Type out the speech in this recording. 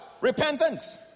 Repentance